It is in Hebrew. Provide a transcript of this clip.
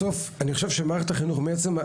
בסוף אני חושב שזה שמערכת החינוך יכולה